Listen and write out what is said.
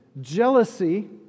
jealousy